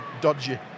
dodgy